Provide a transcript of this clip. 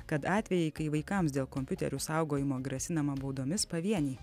kad atvejai kai vaikams dėl kompiuterių saugojimo grasinama baudomis pavieniai